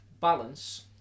balance